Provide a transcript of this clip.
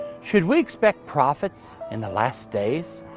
should we expect prophets in the last days?